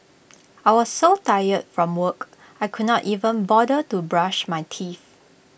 I was so tired from work I could not even bother to brush my teeth